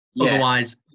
Otherwise